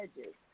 edges